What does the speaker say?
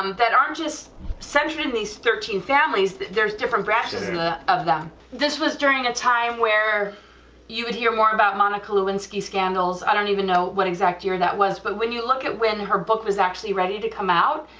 um that aren't just centering these thirteen families, there's different branches and of them, this was during a time where you would hear more about monica lewinsky scandals, i don't even know what exact year that was, but when you look at when her book was actually ready to come out,